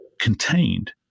contained